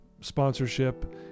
sponsorship